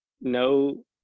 no